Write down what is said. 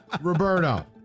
Roberto